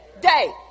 day